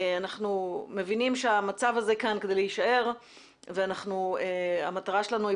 אנחנו מבינים שהמצב הזה כאן כדי להישאר והמטרה שלנו היא